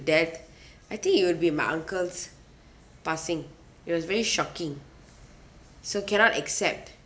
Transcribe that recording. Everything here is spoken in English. that I think it would be my uncle's passing it was very shocking so cannot accept